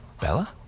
Bella